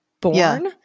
born